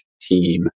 team